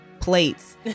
plates